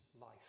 life